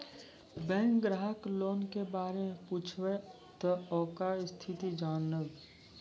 Bank ग्राहक loan के बारे मैं पुछेब ते ओकर स्थिति जॉनब?